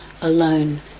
alone